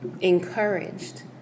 encouraged